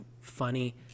funny